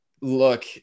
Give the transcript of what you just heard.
Look